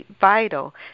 vital